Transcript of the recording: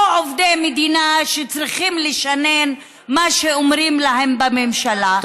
עובדי מדינה שצריכים לשנן מה שאומרים להם בממשלה,